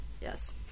Yes